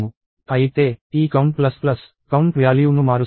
అయితే ఈ count plus plus count value ను మారుస్తుంది